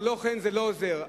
זה לא עוזר.